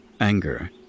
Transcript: anger